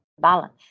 balance